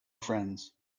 friends